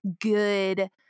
good